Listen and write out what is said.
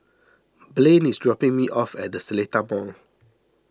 Blain is dropping me off at the Seletar Mall